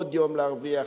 עוד יום להרוויח,